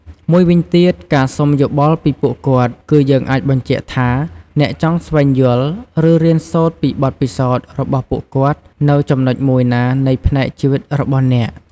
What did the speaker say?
មួយវិញទៀត ការសុំយោបល់ពីពួកគាត់ គឺយើងអាចបញ្ជាក់ថា អ្នកចង់ស្វែងយល់ ឬរៀនសូត្រពីបទពិសោធន៍របស់ពួកគាត់ នៅចំណុចមួយណានៃផ្នែកជីវិតរបស់អ្នក។